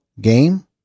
game